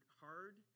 hard